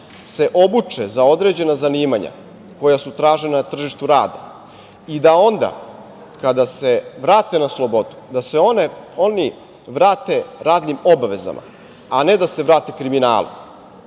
obuče za određena zanimanja koja su tražena na tržištu rada, pa da onda kada se vrate na slobodu oni vrate radnim obavezama, a ne da se vrate kriminalu.